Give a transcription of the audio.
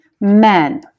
men